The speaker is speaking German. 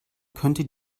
könnte